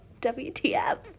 WTF